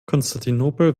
konstantinopel